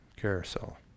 carousel